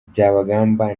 byabagamba